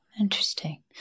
interesting